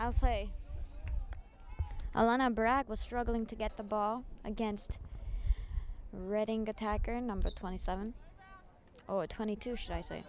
brad was struggling to get the ball against reading attacker number twenty seven or twenty two should i say